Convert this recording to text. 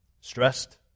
stressed